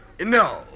No